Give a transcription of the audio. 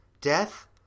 Death